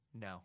no